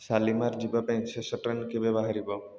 ଶାଲିମାର ଯିବା ପାଇଁ ଶେଷ ଟ୍ରେନ କେବେ ବାହାରିବ